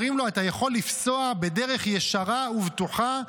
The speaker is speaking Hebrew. אומרים לו: אתה יכול לפסוע בדרך ישרה ובטוחה,